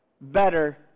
better